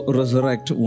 resurrect